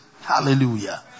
Hallelujah